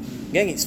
mmhmm